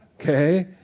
Okay